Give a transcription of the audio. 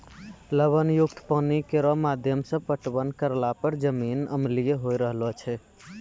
लवण युक्त पानी केरो माध्यम सें पटवन करला पर जमीन अम्लीय होय रहलो छै